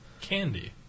candy